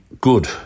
good